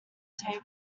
table